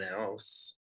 else